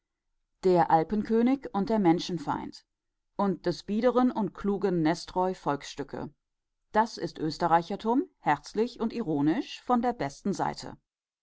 der alpenkönig und der menschenfeind und des biederen und klugen nest treu volks das ist österreichertum herzlich und ironisch von der besten seite